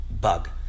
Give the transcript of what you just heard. bug